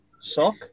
sock